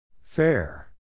Fair